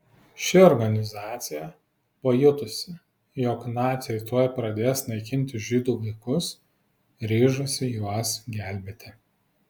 ši organizacija pajutusi jog naciai tuoj pradės naikinti žydų vaikus ryžosi juos gelbėti